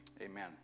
Amen